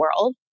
world